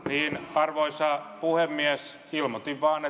arvoisa puhemies ilmoitin vain